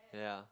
yeah